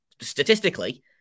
statistically